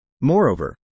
Moreover